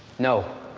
no.